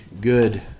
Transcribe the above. good